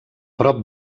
prop